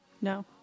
No